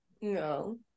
no